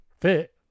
fit